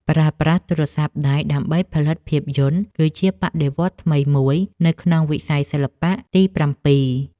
ប្រើប្រាស់ទូរស័ព្ទដៃដើម្បីផលិតភាពយន្តគឺជាបដិវត្តន៍ថ្មីមួយនៅក្នុងវិស័យសិល្បៈទីប្រាំពីរ។